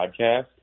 podcast